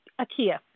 Akia